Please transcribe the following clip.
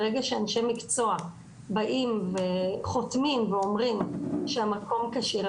ברגע שאנשי מקצוע באים וחתומים ואומרים שהמקום כשיר,